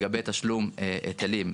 לגבי תשלום היטלים,